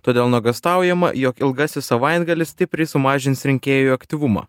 todėl nuogąstaujama jog ilgasis savaitgalis stipriai sumažins rinkėjų aktyvumą